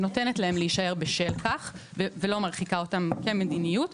ונותנת להם להישאר בשל כך ולא מרחיקה אותם כמדיניות.